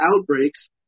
outbreaks